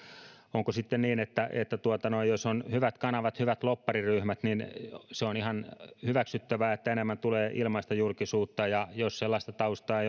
onko sitten niin että että jos on hyvät kanavat hyvät lobbariryhmät niin se on ihan hyväksyttävää että enemmän tulee ilmaista julkisuutta jos sellaista taustaa